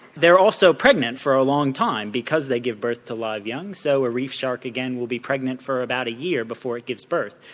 they are also pregnant for a long time because they give birth to live young, so a reef shark again will be pregnant for about a year before it gives birth.